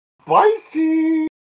spicy